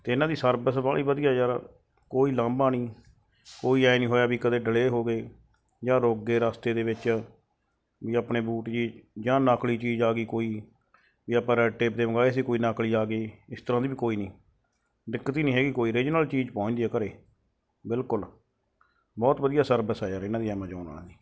ਅਤੇ ਇਹਨਾਂ ਦੀ ਸਰਵਿਸ ਬਾਹਲੀ ਵਧੀਆ ਯਾਰ ਕੋਈ ਉਲਾਂਭਾ ਨਹੀਂ ਕੋਈ ਐਂ ਨਹੀਂ ਹੋਇਆ ਵੀ ਕਦੇ ਡਿਲੇਅ ਹੋ ਗਏ ਜਾਂ ਰੁਕ ਗਏ ਰਸਤੇ ਦੇ ਵਿੱਚ ਵੀ ਆਪਣੇ ਬੂਟ ਜੀ ਜਾਂ ਨਕਲੀ ਚੀਜ਼ ਆ ਗਈ ਕੋਈ ਵੀ ਆਪਾਂ ਰੇਡਟੇਪ ਦੇ ਮੰਗਵਾਏ ਸੀ ਕੋਈ ਨਕਲੀ ਆ ਗਏ ਇਸ ਤਰ੍ਹਾਂ ਦੀ ਕੋਈ ਨਹੀਂ ਦਿੱਕਤ ਹੀ ਨਹੀਂ ਹੈਗੀ ਕੋਈ ਰੀਜਨਲ ਚੀਜ਼ ਪਹੁੰਚਦੀ ਆ ਘਰ ਬਿਲਕੁਲ ਬਹੁਤ ਵਧੀਆ ਸਰਵਿਸ ਆ ਯਾਰ ਇਹਨਾਂ ਦੀ ਐਮਾਜੋਨ ਵਾਲਿਆਂ ਦੀ